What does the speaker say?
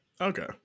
Okay